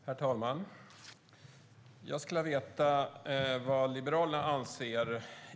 Herr talman! Jag skulle vilja veta vad Liberalerna anser.